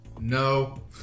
no